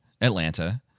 Atlanta